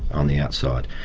on the outside.